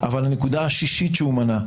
אבל הנקודה השישית שהוא מנה,